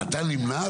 אתה נמנע?